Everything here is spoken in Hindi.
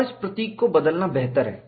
और इस प्रतीक को बदलना बेहतर है